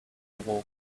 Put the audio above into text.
wool